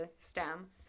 STEM